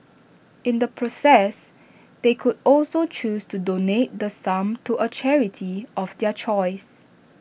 in the process they could also choose to donate the sum to A charity of their choice